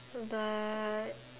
but